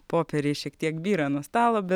popieriai šiek tiek byra nuo stalo bet